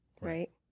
Right